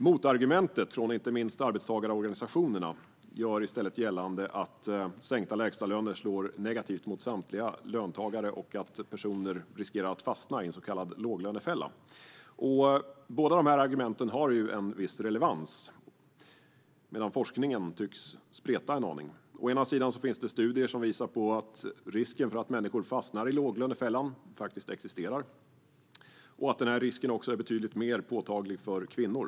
Motargumentet från inte minst arbetstagarorganisationerna gör i stället gällande att sänkta lägstalöner slår negativt mot samtliga löntagare och att personer riskerar att fastna i en så kallad låglönefälla. Båda argumenten har en viss relevans. Forskningen tycks spreta en aning. Å ena sidan finns studier som visar att risken att människor fastnar i låglönefällan faktiskt existerar och att denna risk är betydligt mer påtaglig för kvinnor.